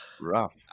Rough